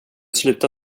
sluta